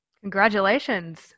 Congratulations